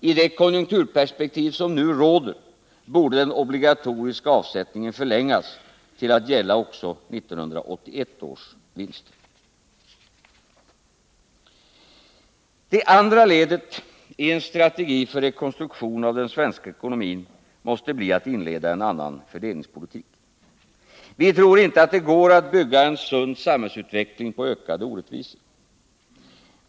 I det konjunkturperspektiv som nu råder borde den obligatoriska avsättningen förlängas till att gälla också 1981 års vinster. Det andra ledet i en strategi för rekonstruktion av den svenska ekonomin måste därför bli att inleda en annan fördelningspolitik. Vi tror inte att det går att bygga en sund samhällsutveckling på ökade orättvisor.